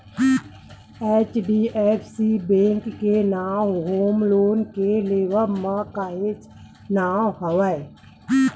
HDFC bank के नांव home loan के लेवब म काहेच नांव हवय